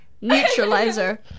neutralizer